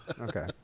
Okay